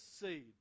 seed